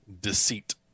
deceit